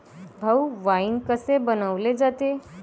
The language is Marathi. भाऊ, वाइन कसे बनवले जाते?